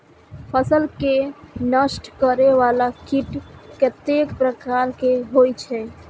फसल के नष्ट करें वाला कीट कतेक प्रकार के होई छै?